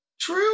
true